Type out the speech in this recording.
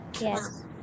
Yes